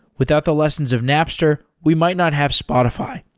without the lessons of napster, we might not have spotify.